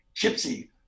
gypsy